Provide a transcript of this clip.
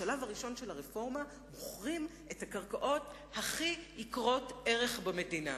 בשלב הראשון של הרפורמה מוכרים את הקרקעות הכי יקרות ערך במדינה,